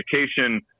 education